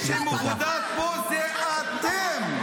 שמחזיקים את החטופים שלנו?